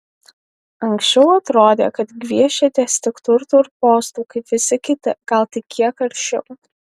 anksčiau atrodė kad gviešiatės tik turtų ir postų kaip visi kiti gal tik kiek aršiau